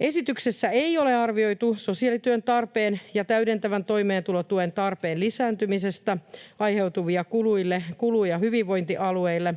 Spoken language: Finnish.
Esityksessä ei ole arvioitu sosiaalityön tarpeen ja täydentävän toimeentulotuen tarpeen lisääntymisestä aiheutuvia kuluja hyvinvointialueille.